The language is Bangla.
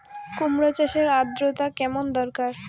কুমড়ো চাষের আর্দ্রতা কেমন দরকার?